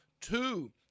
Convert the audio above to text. two